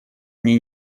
они